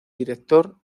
director